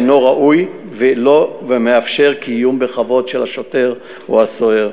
אינו ראוי ולא מאפשר קיום בכבוד של השוטר או הסוהר.